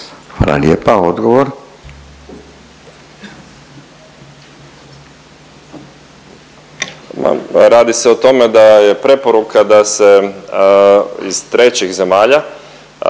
**Zoričić, Davor** Radi se o tome da je preporuka da se iz trećih zemalja